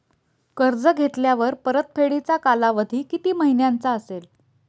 कर्ज घेतल्यावर परतफेडीचा कालावधी किती महिन्यांचा असेल?